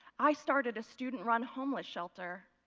i started a student-run homeless shelter.